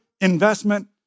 investment